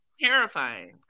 terrifying